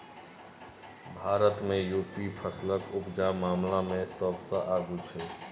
भारत मे युपी फसलक उपजा मामला मे सबसँ आगु छै